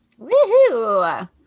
Woohoo